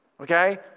Okay